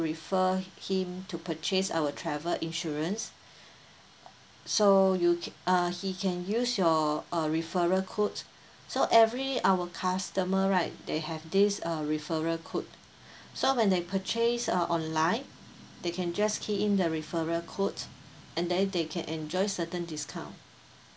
refer him to purchase our travel insurance so you can uh he can use your uh referral code so every our customer right they have this uh referral code so when they purchase uh online they can just key in the referral code and then they can enjoy certain discount